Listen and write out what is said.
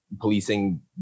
policing